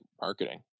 marketing